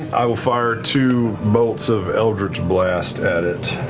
i will fire two bolts of eldritch blast at it.